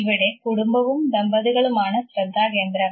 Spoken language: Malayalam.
ഇവിടെ കുടുംബവും ദമ്പതികളുമാണ് ശ്രദ്ധാകേന്ദ്രം